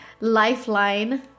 lifeline